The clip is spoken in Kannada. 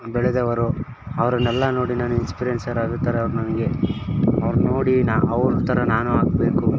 ಬೆಳೆದವರು ಅವರನ್ನೆಲ್ಲ ನೋಡಿ ನಾನು ಇನ್ಸ್ಪಿರೆನ್ಸರ್ ಆಗೋ ಥರ ಅವ್ರು ನನಗೆ ಅವ್ರ ನೋಡಿ ನಾನು ಅವ್ರ ಥರ ನಾನು ಆಗಬೇಕು